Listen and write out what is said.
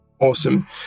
Awesome